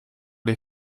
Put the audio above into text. les